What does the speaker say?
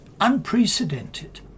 unprecedented